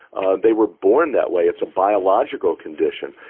and they were born that way, it's a biological condition.